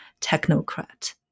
Technocrat